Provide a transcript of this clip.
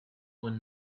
one